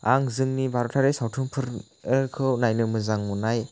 आं जोंनि भारतारि सावथुनफोरखौ नायनो मोजां नुनाय